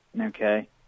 Okay